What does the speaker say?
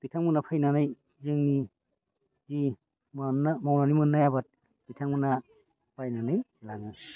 बिथांमोना फायनानै जोंनि जि मावनानै मोननाय आबाद बिथांमोना बायनानै लाङो